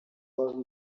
baba